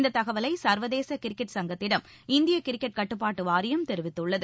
இந்த தகவலை சர்வதேச கிரிக்கெட் சங்கத்திடம் இந்திய கிரிக்கெட் கட்டுப்பாட்டு வாரியம் தெரிவித்துள்ளது